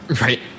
right